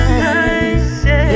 nice